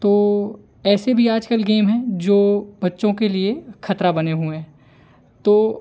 तो ऐसे भी आजकल गेम हैं जो बच्चों के लिए खतरा बने हुए हैं तो